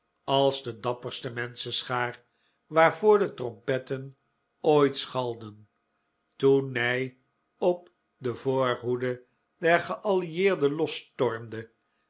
als de dapperste menschenschaar waarvoor de trompetten ooit schalden toen ney op de voorhoede der geallieerden